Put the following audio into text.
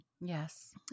Yes